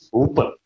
Super